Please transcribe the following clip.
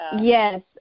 yes